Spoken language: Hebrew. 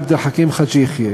עבד אל חכים חאג' יחיא,